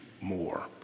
more